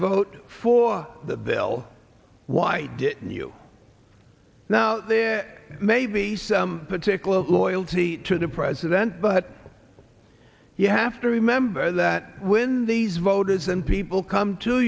vote for the bill why didn't you now there may be some particular loyalty to the president but you have to remember that when these voters and people come to